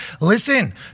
Listen